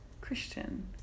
Christian